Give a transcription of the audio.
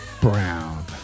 Brown